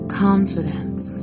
confidence